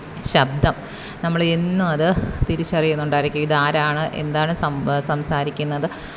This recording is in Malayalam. ശബ്ദം നമ്മൾ എന്നും അത് തിരിച്ചറിയുന്നുണ്ടായിരിക്കും ഇതാരാണ് എന്താണ് സംസാരം സംസാരിക്കുന്നത്